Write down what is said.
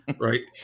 Right